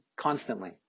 constantly